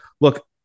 look